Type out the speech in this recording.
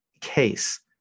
case